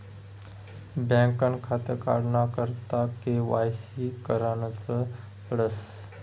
बँकनं खातं काढाना करता के.वाय.सी करनच पडस